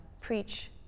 preach